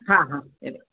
हा हा